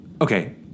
Okay